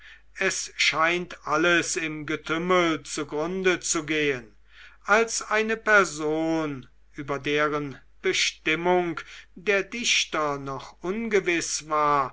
es scheint alles im getümmel zugrunde zu gehen als eine person über deren bestimmung der dichter noch ungewiß war